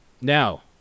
Now